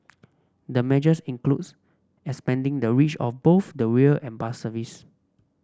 the measures includes expanding the reach of both the rail and bus service